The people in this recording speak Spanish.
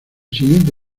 siguiente